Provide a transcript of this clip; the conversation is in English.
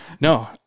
No